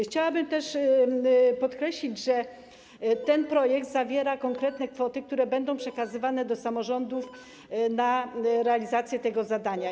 Chciałabym też podkreślić, że ten projekt wskazuje konkretne kwoty, które będą przekazywane do samorządów na realizację tego zadania.